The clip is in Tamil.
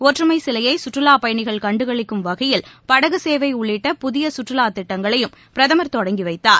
ஒற்றுமைசிலையைசுற்றுலாபயணிகள் கண்டுகளிக்கும் வகையில் படகுசேவைஉள்ளிட்ட புதியசுற்றுலாதிட்டங்களையும் பிரதமர் தொடங்கிவைத்தார்